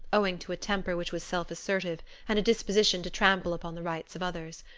owing to a temper which was self-assertive and a disposition to trample upon the rights of others.